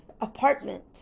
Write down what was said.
apartment